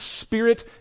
spirit